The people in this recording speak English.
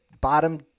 bottom